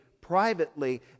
privately